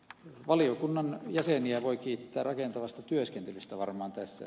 valiokunnan jäseniä voi kiittää rakentavasta työskentelystä varmaan tässä